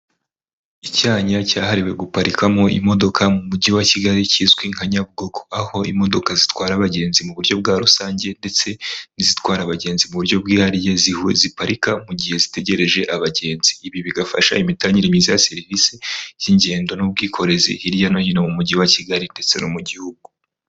Icyanya cyahariwe guparikamo imodoka mu mujyi wa Kigali kizwi nka Nyabugogo aho imodoka zitwara abagenzi mu buryo bwa rusange ndetse n'izitwara abagenzi mu buryo bwihariye ziparika mu gihe zitegereje abagenzi. Ibi bigafasha imitangire myiza ya serivisi y'ingendo n'ubwikorezi hirya no hino mu mujyi wa Kigali te no mu gihugu.